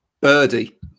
birdie